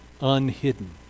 unhidden